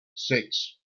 six